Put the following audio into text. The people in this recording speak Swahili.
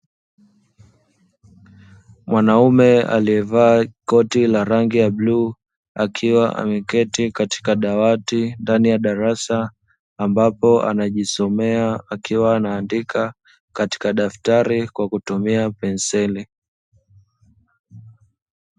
Mwanaume alievaa koti la rangi ya bluu, akiwa ameketi katika dawati ndani ya darasa, ambapo anajisomea akiwa anaandika katika daftari kwa kutumia penseli.